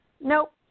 Nope